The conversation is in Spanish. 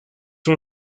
una